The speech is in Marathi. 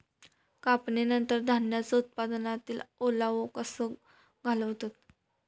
कापणीनंतर धान्यांचो उत्पादनातील ओलावो कसो घालवतत?